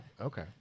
Okay